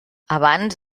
abans